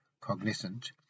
cognizant